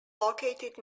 located